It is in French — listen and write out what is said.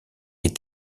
est